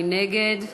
מי נגד?